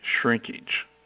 shrinkage